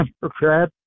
Democrat